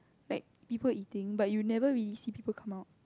like people eating but you never really see people come out